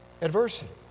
adversity